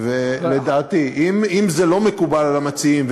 אם זה לא מקובל על המציעים,